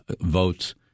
votes